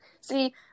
See